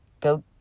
go